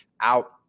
out